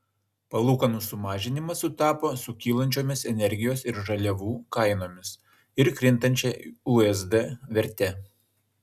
palūkanų sumažinimas sutapo su kylančiomis energijos ir žaliavų kainomis ir krintančia usd verte